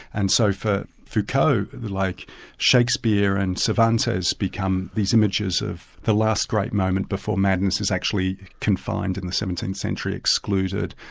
and so for foucault, like shakespeare and cervantes become these images of the last great moment before madness is actually confined in the seventeenth century, excluded,